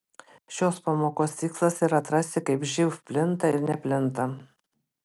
šios pamokos tikslas yra atrasti kaip živ plinta ir neplinta